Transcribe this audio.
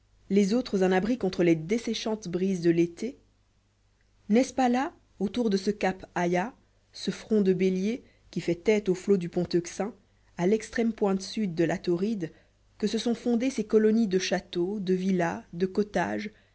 les autres un abri contre les desséchantes brises de l'été n'est-ce pas là autour de ce cap aïa ce front de bélier qui fait tête aux flots du pont euxin à l'extrême pointe sud de la tauride que se sont fondées ces colonies de châteaux de villas de cottages